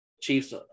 Chiefs